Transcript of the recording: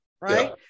right